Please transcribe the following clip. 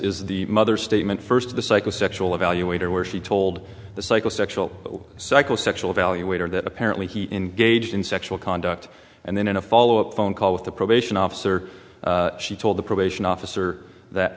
is the mother statement first the psychosexual evaluator where she told the psychosexual psychosexual evaluator that apparently he engaged in sexual conduct and then in a follow up phone call with the probation officer she told the probation officer that